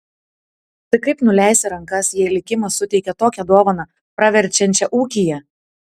tai kaip nuleisi rankas jei likimas suteikė tokią dovaną praverčiančią ūkyje